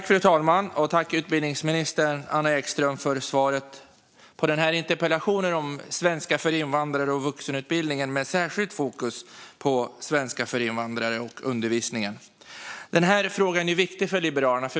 Fru talman! Jag tackar utbildningsminister Anna Ekström för svaret på min interpellation om svenska för invandrare och vuxenutbildning, med särskilt fokus på undervisningen i svenska för invandrare. Denna fråga är viktig för Liberalerna.